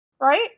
Right